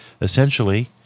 essentially